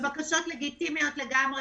הן בקשות לגיטימיות לגמרי,